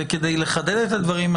כדי לחדד את הדברים,